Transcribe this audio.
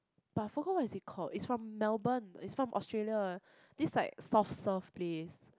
but I forgot what is it called is from Melbourne is from Australia this like soft served place